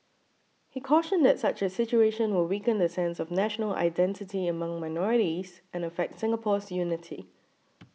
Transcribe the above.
he cautioned that such a situation will weaken the sense of national identity among minorities and affect Singapore's unity